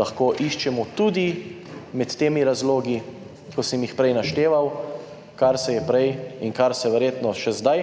Lahko iščemo tudi med temi razlogi, ki sem jih prej našteval, kar se je prej in kar se verjetno še zdaj